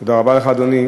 תודה רבה לך, אדוני.